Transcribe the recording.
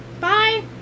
Bye